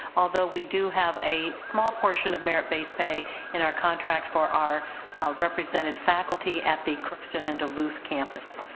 although we do have a small portion of merit based pay in our contract for our represented faculty at the crookston and duluth campus.